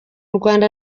rwanda